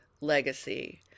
legacy